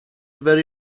very